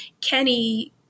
Kenny